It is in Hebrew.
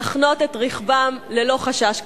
להחנות את רכבם ללא חשש קנס.